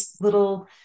little